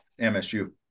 MSU